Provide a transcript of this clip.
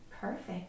perfect